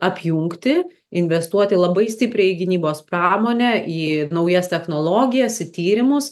apjungti investuoti labai stipriai į gynybos pramonę į naujas technologijas į tyrimus